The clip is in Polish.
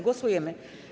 Głosujemy.